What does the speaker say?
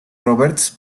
roberts